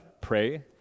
pray